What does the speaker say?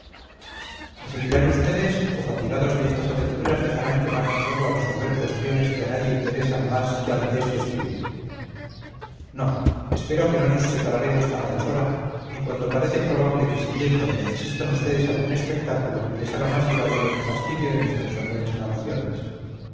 me seguirán vds o fatigados de estas aventuras dejarán que marche solo a resolver cuestiones que a nadie interesan más que al que esto escribe no espero que no nos separaremos tan a deshora y cuando parece probable que siguiéndome asistan vds a algún espectáculo que les haga más llevadero el fastidio de mis personales narraciones